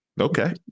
okay